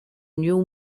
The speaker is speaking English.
new